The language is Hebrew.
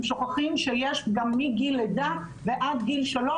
הם שוכחים שיש גם מגיל לידה ועד גיל שלוש.